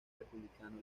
republicano